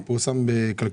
היום פורסם בכלכליסט